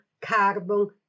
carbon